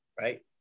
right